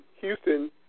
Houston